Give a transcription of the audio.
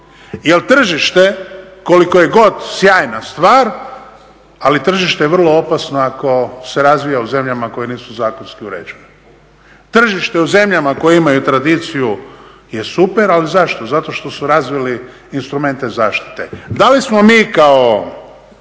Jer tržište koliko je god sjajna stvar, ali tržište je vrlo opasno ako se razvije u zemljama koje nisu zakonski uređene. Tržište u zemljama koje imaju tradiciju je super, ali zašto? Zato što su razvili instrumente zaštite. Da li smo mi kao